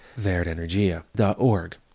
verdenergia.org